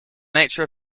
nature